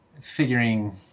figuring